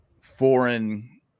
foreign